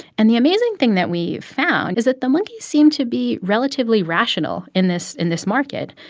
and the amazing thing that we found is that the monkeys seemed to be relatively rational in this in this market.